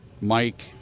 Mike